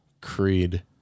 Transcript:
Creed